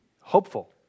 hopeful